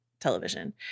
television